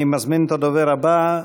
אני מזמין את הדובר הבא,